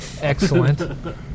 excellent